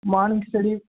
morning study